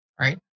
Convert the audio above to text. Right